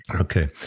Okay